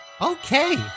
Okay